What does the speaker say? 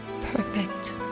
perfect